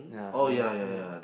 ya the ya